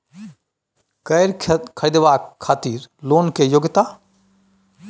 कैर खरीदवाक खातिर लोन के योग्यता?